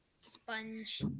Sponge